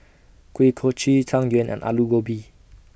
Kuih Kochi Tang Yuen and Aloo Gobi